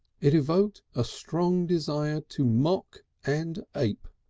it evoked a strong desire to mock and ape,